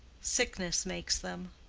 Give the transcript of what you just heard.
sickness makes them.